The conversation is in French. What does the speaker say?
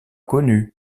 connue